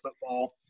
football